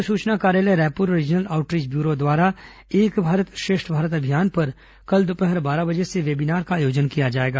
पत्र सूचना कार्यालय रायपुर और रीजनल आउटरीच ब्यूरो द्वारा एक भारत श्रेष्ठ भारत अभियान पर कल दोपहर बारह बजे से वेबीनार का आयोजन किया जाएगा